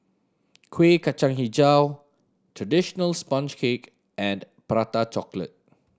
Kuih Kacang Hijau traditional sponge cake and Prata Chocolate